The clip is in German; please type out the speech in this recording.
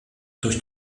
durch